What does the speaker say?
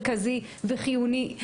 מרכזי וחיוני.